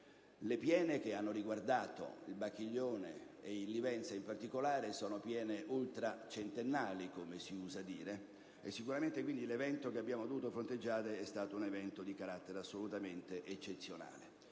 Le piene che hanno riguardato il Bacchiglione e il Livenza in particolare sono ultracentennali, come si usa dire, e quindi l'evento che abbiamo dovuto fronteggiare è stato di carattere assolutamente eccezionale.